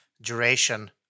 duration